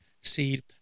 seed